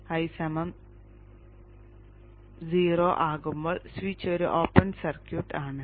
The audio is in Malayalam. I 0 ആകുമ്പോൾ സ്വിച്ച് ഒരു ഓപ്പൺ സർക്യൂട്ട് ആണ്